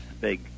big